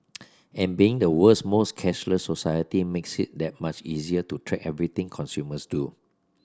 and being the world's most cashless society makes it that much easier to track everything consumers do